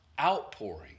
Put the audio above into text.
outpouring